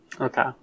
Okay